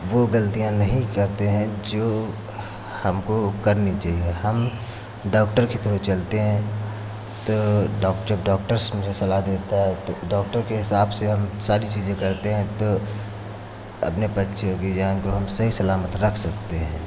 वो गलतियां नहीं करते जो हमको करनी चहिए हम डॉक्टर की तरह चलते हैं तो डॉक्टर मुझे सलाह देता है तो डॉक्टर के हिसाब से हम सारी चीज़ें करते हैं तो अपने पंछियों की जान को हम सही सलामत रख सकते हैं